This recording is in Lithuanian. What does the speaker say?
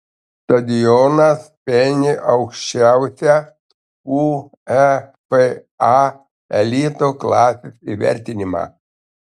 stadionas pelnė aukščiausią uefa elito klasės įvertinimą